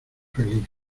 feliz